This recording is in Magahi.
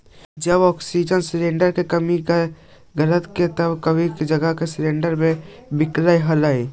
जब ऑक्सीजन सिलेंडर की कमी हो गईल हल तब काफी जगह सिलेंडरस ब्लैक में बिकलई हल